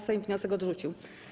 Sejm wniosek odrzucił.